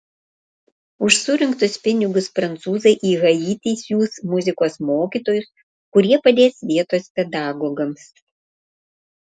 už surinktus pinigus prancūzai į haitį siųs muzikos mokytojus kurie padės vietos pedagogams